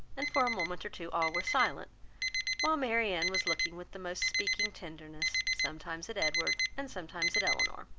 and for a moment or two all were silent while marianne was looking with the most speaking tenderness, sometimes at edward and sometimes at elinor,